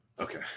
Okay